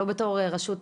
לא בתור רשות